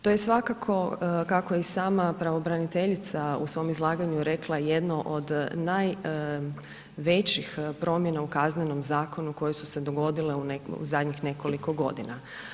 To je svakako kako je i sama pravobraniteljica u svom izlaganju rekla, jedno od najvećih promjena u KZ-u koje su se dogodile u zadnjih nekoliko godina.